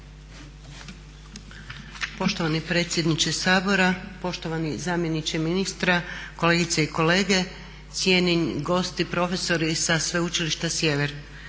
Poštovani predsjedniče Sabora, poštovani zamjeniče ministra, kolegice i kolege, cijenjeni gosti, profesori sa Sveučilišta Sjever.